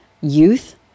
youth